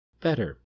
better